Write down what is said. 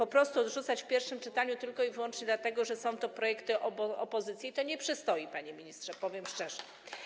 Odrzucać to w pierwszym czytaniu tylko i wyłącznie dlatego, że są to projekty opozycji, to nie przystoi, panie ministrze, powiem szczerze.